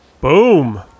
Boom